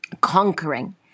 conquering